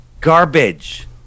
garbage